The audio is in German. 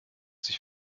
sich